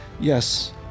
yes